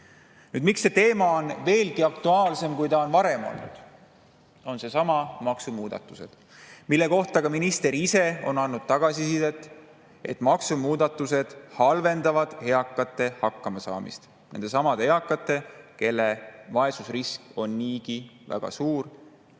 Miks see teema on nüüd veelgi aktuaalsem, kui see varem on olnud? [Põhjus] on needsamad maksumuudatused, mille kohta ka minister ise on andnud tagasisidet, et maksumuudatused halvendavad eakate hakkamasaamist, nendesamade eakate, kelle vaesusrisk on niigi väga suur.